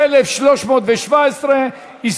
להצבעה על